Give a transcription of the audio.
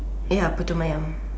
ya putu-mayam